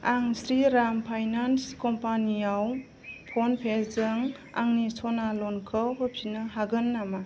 आं श्रीराम फाइनान्स कम्पानियाव फ'नपेजों आंनि सना ल'नखौ होफिननो हागोन नामा